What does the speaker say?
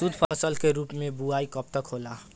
शुद्धफसल के रूप में बुआई कब तक होला?